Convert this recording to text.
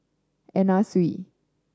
Anna Sui